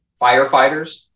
firefighters